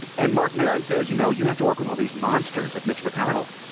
and marc maron says, you know, you have to work with all these monsters, like mitch mcconnell.